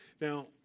Now